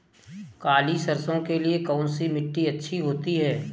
काली सरसो के लिए कौन सी मिट्टी अच्छी होती है?